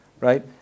Right